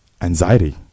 anxiety